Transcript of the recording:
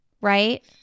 right